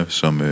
som